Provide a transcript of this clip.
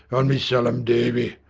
on me solemn davy.